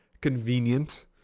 convenient